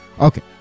Okay